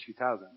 2000